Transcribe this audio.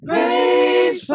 Praise